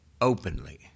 openly